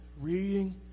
reading